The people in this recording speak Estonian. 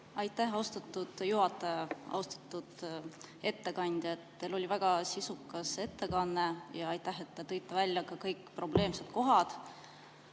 Aitäh, austatud juhataja! Austatud ettekandja, teil oli väga sisukas ettekanne! Ja aitäh, et te tõite välja ka kõik probleemsed kohad!